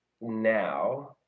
now